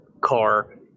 car